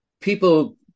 people